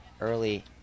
early